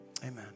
amen